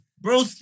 bro